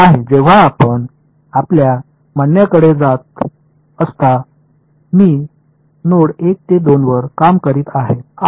नाही जेव्हा आपण आपल्या म्हणण्याकडे जात असता मी नोड 1 ते 2 वर काम करीत आहे